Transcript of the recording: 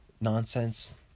nonsense